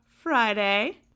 Friday